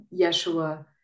Yeshua